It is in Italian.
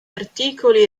articoli